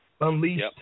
Unleashed